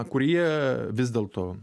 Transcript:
kurie vis dėlto